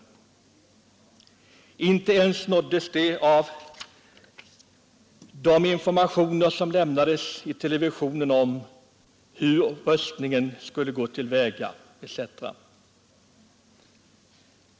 De nåddes inte ens av de informationer som lämnades i televisionen om hur röstningen skulle äga rum etc.